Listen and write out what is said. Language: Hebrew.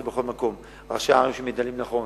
זה בכל מקום: ראשי הערים שמתנהלים נכון,